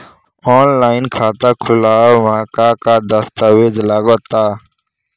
Offline खाता खुलावे म का का दस्तावेज लगा ता?